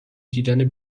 دیدن